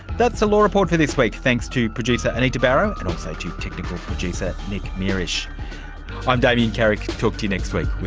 that's the law report for this week. thanks to producer anita barraud and also to technical producer nick mierischi'm um damien carrick, talk to you next week